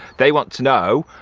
they want to know,